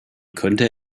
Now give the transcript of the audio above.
könnte